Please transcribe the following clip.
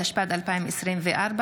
התשפ"ד 2024,